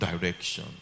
Direction